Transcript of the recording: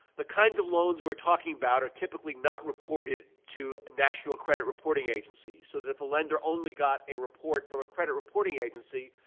the kinds of loans we're talking about are typically not reported to national credit reporting agencies, so that if a lender only got a report from a credit reporting agency,